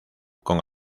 con